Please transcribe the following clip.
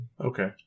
Okay